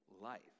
life